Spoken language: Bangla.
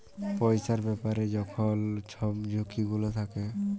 পইসার ব্যাপারে যখল ছব ঝুঁকি গুলা থ্যাকে